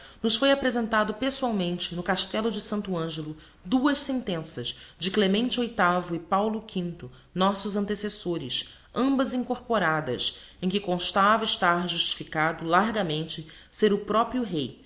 nos foi aprezentado pessoalmente no castello de sancto angelo duas sentenças de clemente outavo e paulo quinto nossos antecessores ambas encorporadas em que constava estar justificado largamente ser o proprio rey